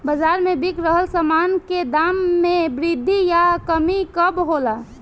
बाज़ार में बिक रहल सामान के दाम में वृद्धि या कमी कब होला?